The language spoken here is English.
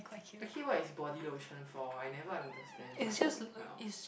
actually what is body lotion for I never understand what's the point of